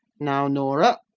now, norah!